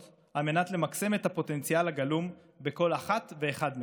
על מנת למקסם את הפוטנציאל הגלום בכל אחת ואחד מהם.